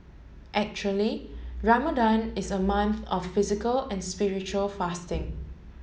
actually Ramadan is a month of physical and spiritual fasting